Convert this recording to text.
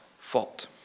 fault